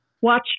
watch